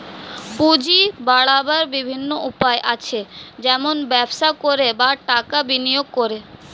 পুঁজি বাড়াবার বিভিন্ন উপায় আছে, যেমন ব্যবসা করে, বা টাকা বিনিয়োগ করে